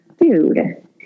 food